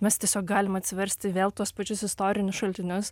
mes tiesiog galim atsiversti vėl tuos pačius istorinius šaltinius